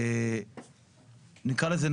נקרא לזה,